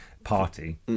party